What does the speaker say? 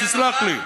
תסלח לי.